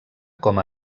com